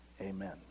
amen